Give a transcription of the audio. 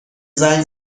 زنگ